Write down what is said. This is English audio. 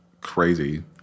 crazy